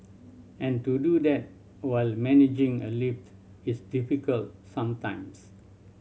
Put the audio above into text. and to do that while managing a lift is difficult sometimes